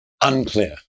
Unclear